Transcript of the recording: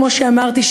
כמו שאמרתי,